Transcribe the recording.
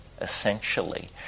essentially